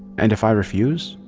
and if i refuse?